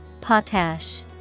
Potash